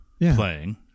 Playing